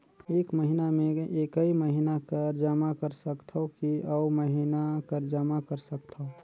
एक महीना मे एकई महीना कर जमा कर सकथव कि अउ महीना कर जमा कर सकथव?